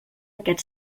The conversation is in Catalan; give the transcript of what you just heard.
aquest